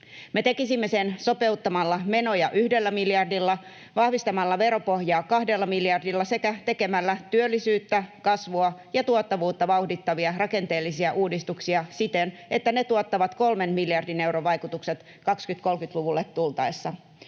Me tekisimme sen sopeuttamalla menoja yhdellä miljardilla, vahvistamalla veropohjaa kahdella miljardilla sekä tekemällä työllisyyttä, kasvua ja tuottavuutta vauhdittavia rakenteellisia uudistuksia siten, että ne tuottavat kolmen miljardin euron vaikutukset 2030-luvulle tultaessa.